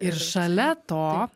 ir šalia to